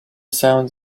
sounds